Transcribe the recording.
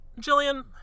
jillian